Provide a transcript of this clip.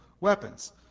weapons